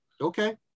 okay